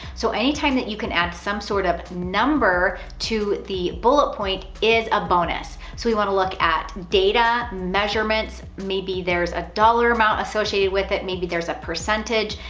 so, any time that you can add some sort of number to the bullet point is a bonus. so we wanna look at data, measurements maybe there's a dollar amount associated with it, maybe there's a percentage,